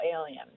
alien